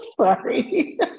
Sorry